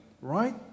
Right